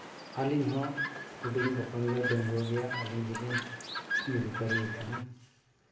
ᱟᱞᱤᱧ ᱦᱚᱸ ᱦᱩᱰᱤᱧ ᱵᱚᱠᱚᱧ ᱫᱚᱭ ᱰᱟᱹᱜᱩᱣᱟᱹ ᱜᱮᱭᱟ ᱟᱹᱞᱤᱧ ᱜᱮᱞᱤᱧ ᱡᱩᱨᱤ ᱯᱟᱹᱨᱤᱭ ᱠᱟᱱᱟ